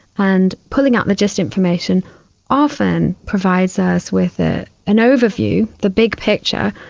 and pulling out the gist information often provides us with ah an overview, the big picture,